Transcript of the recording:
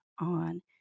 on